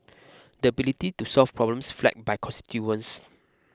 the ability to solve problems flagged by constituents